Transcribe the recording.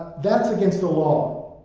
that's against the law.